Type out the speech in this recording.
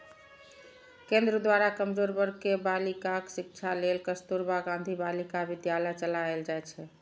केंद्र द्वारा कमजोर वर्ग के बालिकाक शिक्षा लेल कस्तुरबा गांधी बालिका विद्यालय चलाएल जाइ छै